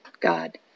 God